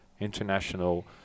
international